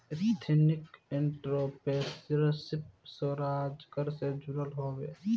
ethnic entrepreneurship स्वरोजगार से जुड़ल हवे